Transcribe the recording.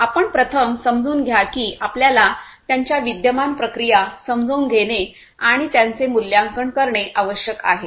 आपण प्रथम समजून घ्या की आपल्याला त्यांच्या विद्यमान प्रक्रिया समजून घेणे आणि त्यांचे मूल्यांकन करणे आवश्यक आहे